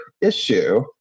issue